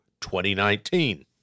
2019